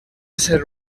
ser